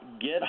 get